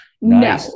no